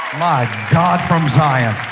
my god from zion!